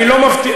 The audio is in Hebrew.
אני לא מבטיח.